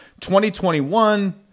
2021